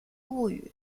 物语